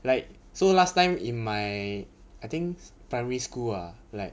like so last time in my I think primary school ah like